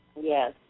Yes